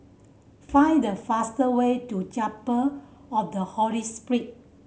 find the fast way to Chapel of the Holy Spirit